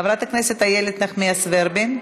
חברת הכנסת איילת נחמיאס ורבין.